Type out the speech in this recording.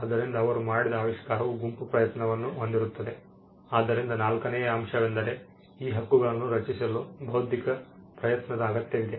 ಆದ್ದರಿಂದ ನಾಲ್ಕನೆಯ ಅಂಶವೆಂದರೆ ಈ ಹಕ್ಕುಗಳನ್ನು ರಚಿಸಲು ಬೌದ್ಧಿಕ ಪ್ರಯತ್ನದ ಅಗತ್ಯವಿದೆ